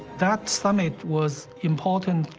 that summit was important,